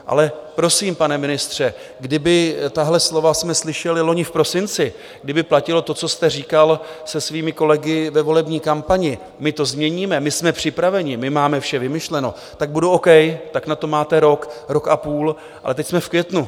Ale prosím, pane ministře, kdybychom tahle slova slyšeli loni v prosinci, kdyby platilo to, co jste říkal se svými kolegy ve volební kampani: My to změníme, jsme připraveni, máme vše vymyšleno, tak budu O. K., tak na to máte rok, rok a půl, ale teď jsme v květnu 2022.